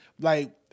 like-